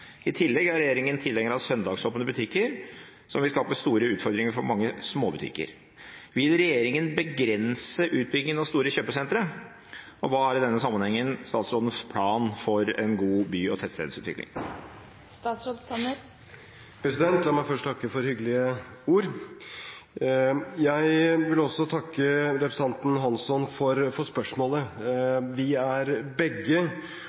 I tillegg er regjeringen tilhenger av søndagsåpne butikker, som vil skape store utfordringer for mange småbutikker. Vil regjeringen begrense utbyggingen av store kjøpesentre, og hva er statsrådens plan for god by- og tettstedsutvikling?» La meg først takke for hyggelige ord. Jeg vil også takke representanten Hansson for spørsmålet. Vi er begge